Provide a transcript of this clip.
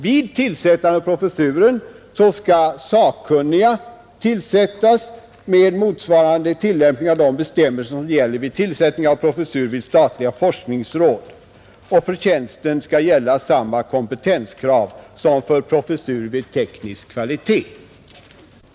Vid tillsättandet av professuren skall delegationen anlita sakkunniga med motsvarande tillämpning av de bestämmelser som gäller vid tillsättning av professur vid statliga forskningsråd, och för tjänsten skall gälla samma kompetenskrav som för professur vid teknisk fakultet.